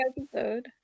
episode